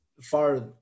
far